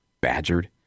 badgered